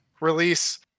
release